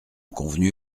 convenu